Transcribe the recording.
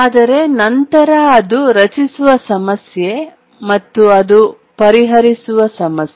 ಆದರೆ ನಂತರ ಅದು ರಚಿಸುವ ಸಮಸ್ಯೆ ಮತ್ತು ಅದು ಪರಿಹರಿಸುವ ಸಮಸ್ಯೆ